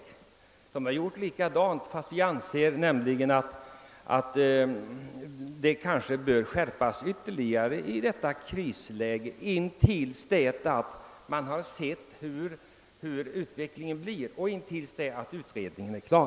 Regeringen har efter påtryckningar vidtagit vissa åtgärder som vi föreslagit; vi anser dock att åtgärderna kan behöva skärpas ytterligare i det rådande krisläget, tills vi ser hur utvecklingen blir och tills utredningen är klar.